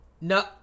No